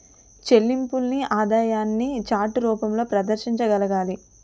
చెల్లింపుల్ని ఆదాయాన్ని చార్ట్ రూపంలో ప్రదర్శించగలగాలి